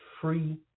free